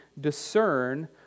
discern